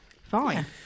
Fine